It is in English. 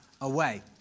away